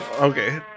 Okay